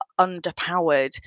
underpowered